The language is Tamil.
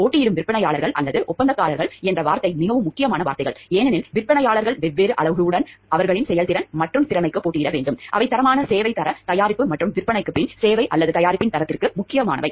போட்டியிடும் விற்பனையாளர்கள் அல்லது ஒப்பந்தக்காரர்கள் என்ற வார்த்தை மிகவும் முக்கியமான வார்த்தைகள் ஏனெனில் விற்பனையாளர்கள் வெவ்வேறு அளவுருக்களுடன் அவர்களின் செயல்திறன் மற்றும் திறமைக்கு போட்டியிட வேண்டும் அவை தரமான சேவை தர தயாரிப்பு மற்றும் விற்பனைக்குப் பின் சேவை அல்லது தயாரிப்பின் தரத்திற்கு முக்கியமானவை